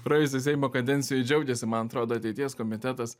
praėjusio seimo kadencijoj džiaugėsi man atrodo ateities komitetas